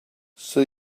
see